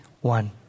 One